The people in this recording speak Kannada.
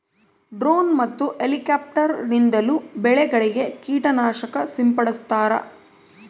ಡ್ರೋನ್ ಮತ್ತು ಎಲಿಕ್ಯಾಪ್ಟಾರ್ ನಿಂದಲೂ ಬೆಳೆಗಳಿಗೆ ಕೀಟ ನಾಶಕ ಸಿಂಪಡಿಸ್ತಾರ